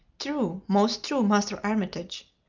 true most true, master armitage.